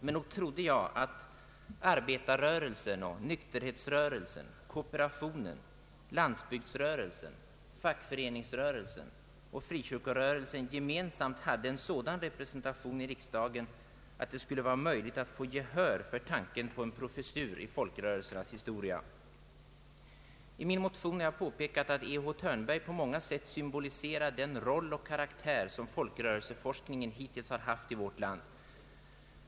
Men nog trodde jag att arbetarrörelsen, nykterhetsrörelsen, kooperationen, landsbygdsrörelsen, fackföreningsrörelsen och frikyrkorörelsen gemensamt hade en sådan representation i riksdagen att det skulle vara möjligt att få gehör för tanken på en professur i folkrörelsernas historia! I min motion har jag påpekat att E. H. Thörnberg på många sätt symboliserar den roll och karaktär som folkrörelseforskningen hittills haft i vårt land.